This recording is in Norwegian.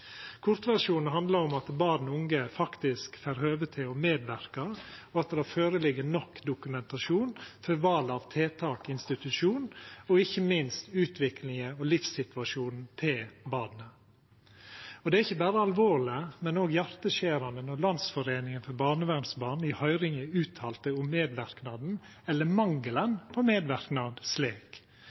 at barn og unge faktisk får høve til å medverka, og at det føreligg nok dokumentasjon om val av tiltak og institusjon, og ikkje minst utviklinga og livssituasjonen til barnet. Det er ikkje berre alvorleg, men òg hjarteskjerande når Landsforeningen for barnevernsbarn i høyringa omtalar medverknaden, eller mangelen på medverknad, slik: